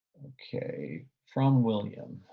okay. from william.